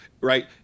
right